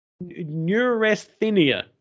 neurasthenia